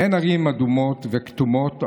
אין ערים אדומות וכתומות,